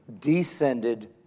descended